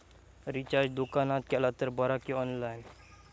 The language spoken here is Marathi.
रिचार्ज दुकानात केला तर बरा की ऑनलाइन?